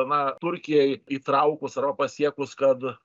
na turkijai įtraukus arba pasiekus kad